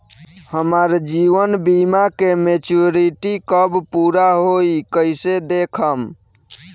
हमार जीवन बीमा के मेचीयोरिटी कब पूरा होई कईसे देखम्?